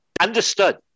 understood